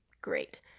great